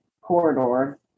corridor